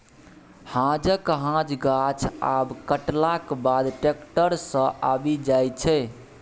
हांजक हांज गाछ आब कटलाक बाद टैक्टर सँ आबि जाइ छै